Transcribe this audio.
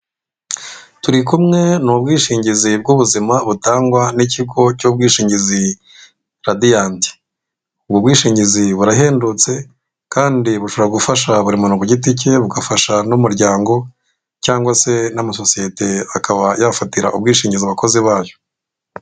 Turi kumwe ni ubwishingizi butangwa n'ikigo cy'ubwishingizi Radiyanti, ubu bwishingizi burahendutse kandi bushobora gufasha buri muntu kugiti cye bugafasha n'umuryango cyangwa se n'amasosiyete akaba yafatira ubwishingizi abakozi bayo.